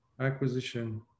acquisition